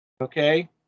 Okay